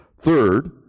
Third